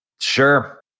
sure